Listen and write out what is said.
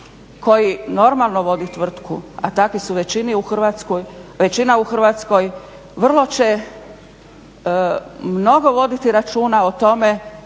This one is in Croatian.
koji normalno vodi tvrtku a takvi su većina u Hrvatskoj vrlo će mnogo voditi računa o tome